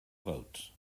vote